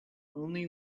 only